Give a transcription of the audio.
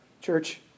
church